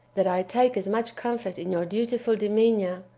that i take as much comfort in your dutiful demeanour,